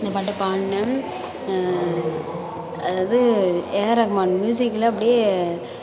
இந்த பாட்டை பாடினேன் அதாவது ஏஆர் ரகுமான் மியூசிக்கில் அப்படியே